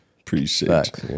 appreciate